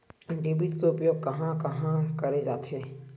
Debit के उपयोग कहां कहा करे जाथे?